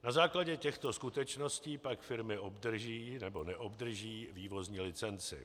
Na základě těchto skutečností pak firmy obdrží nebo neobdrží vývozní licenci.